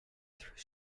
throws